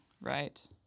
right